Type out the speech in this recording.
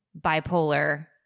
bipolar